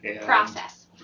Process